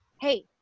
Hey